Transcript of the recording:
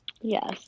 Yes